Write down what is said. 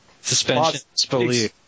Suspension